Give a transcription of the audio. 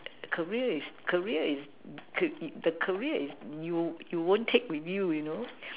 career is career is ca~ the career is you you won't take with you you know